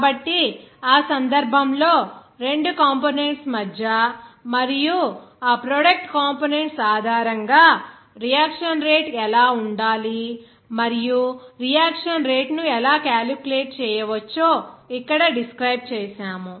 కాబట్టి ఆ సందర్భంలో రెండు కంపోనెంట్స్ మధ్య మరియు ఆ ప్రోడక్ట్ కంపోనెంట్స్ ఆధారంగా రియాక్షన్ రేటు ఎలా ఉండాలిమరియు రియాక్షన్ రేటు ను ఎలా క్యాలిక్యులేట్ చేయవచ్చో ఇక్కడ డిస్క్రైబ్ చేసాము